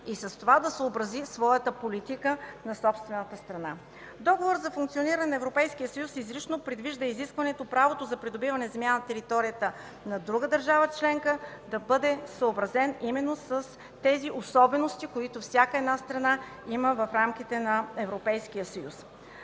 и с това да съобрази политиката на собствената си страна. Договорът за функциониране на Европейския съюз изрично предвижда изискването правото за придобиване на земя на територията на друга държава членка да бъде съобразено именно с тези особености, които всяка една страна има в рамките на